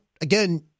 Again